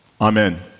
Amen